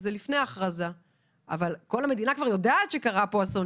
היות שאנחנו בהכנה לקריאה ראשונה